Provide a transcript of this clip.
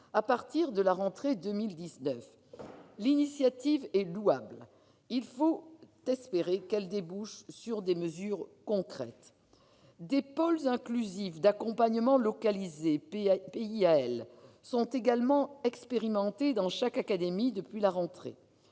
à partir de la rentrée 2019. L'initiative est louable ; il faut espérer qu'elle débouche sur des mesures concrètes. Des pôles inclusifs d'accompagnement localisés, ou PIAL, sont également expérimentés dans chaque académie depuis la rentrée.